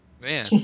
Man